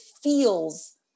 feels